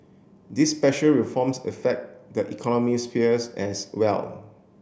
these special reforms affect the economies sphere as well